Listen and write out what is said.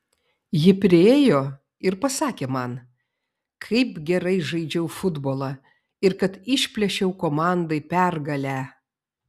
ji priėjo ir pasakė man kaip gerai žaidžiau futbolą ir kad išplėšiau komandai pergalę